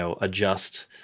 adjust